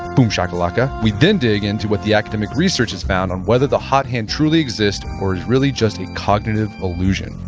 boom shaka laka we then dig into what the academic research has found on whether the hot hand truly exists or is really just a cognitive illusion.